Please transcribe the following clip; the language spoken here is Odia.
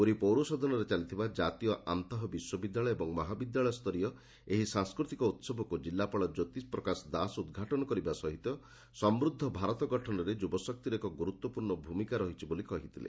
ପୁରୀ ପୌରସଦନରେ ଚାଲିଥିବା ଜାତୀୟ ଆନ୍ତଃବିଶ୍ୱବିଦ୍ୟାଳୟ ଓ ମହାବିଦ୍ୟାଳୟସରୀୟ ଏହି ସାଂସ୍କୃତିକ ଉହବକୁ ଜିଲ୍ଲାପାଳ କ୍ୟୋତିପ୍ରକାଶ ଦାସ ଉଦ୍ଘାଟନ କରିବା ସହିତ ସମୃଦ୍ଧ ଭାରତ ଗଠନରେ ଯୁବଶକ୍ତିର ଏକ ଗୁରୁତ୍ପୂର୍ଣ୍ଣ ଭୂମିକା ରହିଛି ବୋଲି କହିଥିଲେ